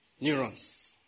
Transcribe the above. neurons